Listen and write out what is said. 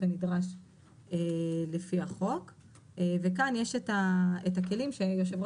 כנדרש לפי החוק וכאן יש את הכלים שיו"ר